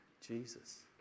Jesus